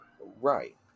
Right